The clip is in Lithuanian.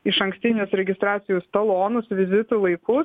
išankstinius registracijos talonus vizitų laikus